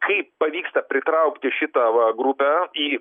kaip pavyksta pritraukti šitą va grupę į